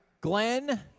Glenn